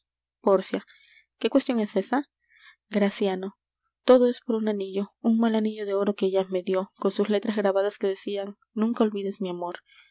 pórcia qué cuestion es esa graciano todo es por un anillo un mal anillo de oro que ella me dió con sus letras grabadas que decian nunca olvides mi amor